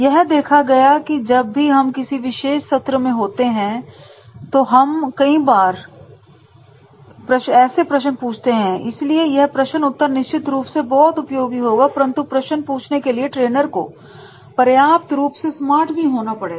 यह देखा गया है कि जब भी हम किसी विशेष सत्र में होते हैं तो हम कई बार भी शीश में प्रश्न पूछते हैं इसलिए यह प्रश्न उत्तर निश्चित रूप से बहुत उपयोगी होगा परंतु प्रश्न पूछने के लिए ट्रेनर को पर्याप्त रूप में स्मार्ट भी होना पड़ेगा